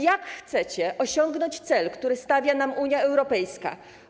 Jak chcecie osiągnąć cel, który stawia nam Unia Europejska?